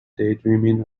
daydreaming